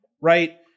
right